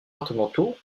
départementaux